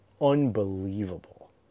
unbelievable